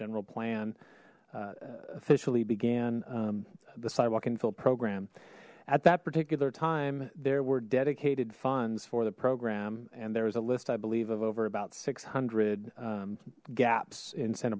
general plan officially began the sidewalk infill program at that particular time there were dedicated funds for the program and there was a list i believe of over about six hundred gaps in santa